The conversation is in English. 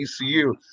ECU